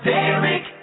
Derek